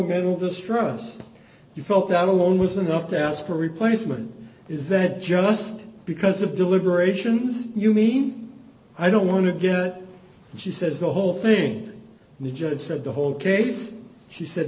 mental distress you felt that alone was enough to ask her replacement is that just because of deliberations you mean i don't want to get she says the whole thing the judge said the whole case she said